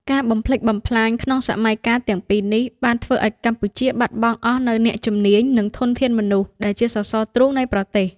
ការបំផ្លិចបំផ្លាញក្នុងសម័យកាលទាំងពីរនេះ បានធ្វើឱ្យកម្ពុជាបាត់បង់អស់នូវអ្នកជំនាញ និងធនធានមនុស្សដែលជាសសរទ្រូងនៃប្រទេស។